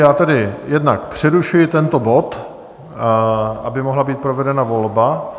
Já tedy jednak přerušuji tento bod, aby mohla být provedena volba.